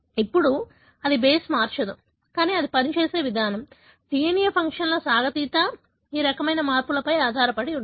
ఇప్పుడు అది బేస్ మార్చదు కానీ అది పనిచేసే విధానం DNA ఫంక్షన్ల సాగతీత ఈ రకమైన మార్పులపై ఆధారపడి ఉంటుంది